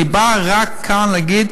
אני בא לכאן רק להגיד: